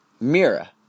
Mira